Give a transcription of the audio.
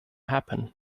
happen